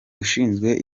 ushinzwe